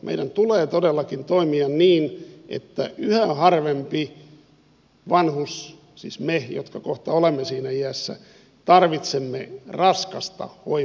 meidän tulee todellakin toimia niin että yhä harvempi vanhus siis me jotka kohta olemme siinä iässä tarvitsee raskasta hoivaa ja hoitoa